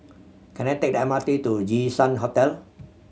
can I take the M R T to Jinshan Hotel